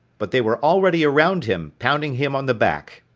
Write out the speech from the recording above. but they were already around him, pounding him on the back.